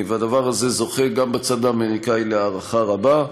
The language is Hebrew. והדבר הזה זוכה גם בצד האמריקני להערכה רבה.